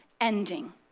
ending